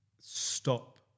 stop